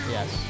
Yes